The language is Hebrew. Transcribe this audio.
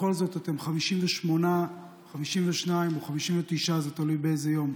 בכל זאת, אתם 58, 52 או 59, זה תלוי באיזה יום,